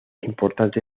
importante